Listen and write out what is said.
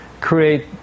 create